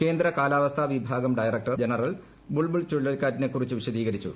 കേന്ദ്ര കാലാവസ്ഥ വിഭാഗം ഡയറക്ടർ ജനറൽ ബുൾബുൾ ചുഴലിക്കാറ്റിനെക്കുറിച്ച് വിശദീകരിച്ചു